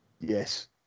Yes